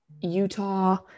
Utah